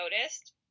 noticed